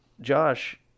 Josh